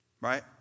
Right